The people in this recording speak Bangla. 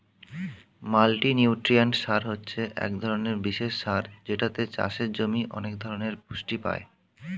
মাল্টিনিউট্রিয়েন্ট সার হচ্ছে এক ধরণের বিশেষ সার যেটাতে চাষের জমি অনেক ধরণের পুষ্টি পায়